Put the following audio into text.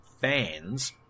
fans